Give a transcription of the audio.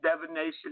divination